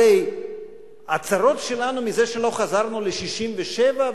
הרי הצרות שלנו מזה שלא חזרנו ל-67'